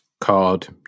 card